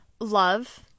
love